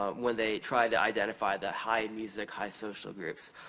um when they tried to identify the high music, high social groups.